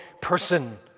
person